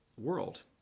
world